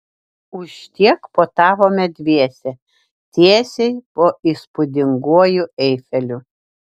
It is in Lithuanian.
už tiek puotavome dviese tiesiai po įspūdinguoju eifeliu